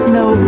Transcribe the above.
no